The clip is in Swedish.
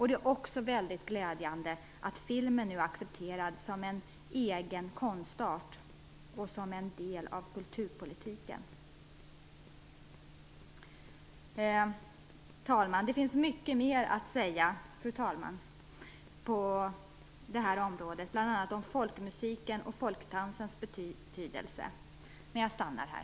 Det är också glädjande att filmen nu är accepterad som en egen konstart och en del av kulturpolitiken. Fru talman! Det finns mycket att säga på det här området, bl.a. om folkmusikens och folkdansens betydelse, men jag slutar här.